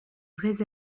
vrais